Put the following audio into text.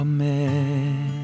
Amen